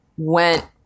went